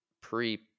pre